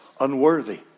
unworthy